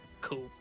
Cool